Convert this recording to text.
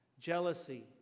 jealousy